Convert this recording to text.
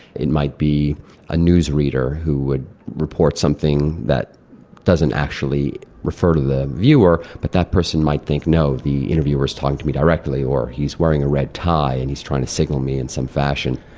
it might be a news reader who would report something that doesn't actually refer to the viewer, but that person might think, no, the interviewer is talking to me directly. or, he's wearing a red tie, and he's trying to signal me in some fashion.